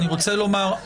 אני רוצה לומר,